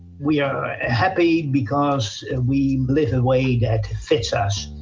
we are happy because we live a way that fits us.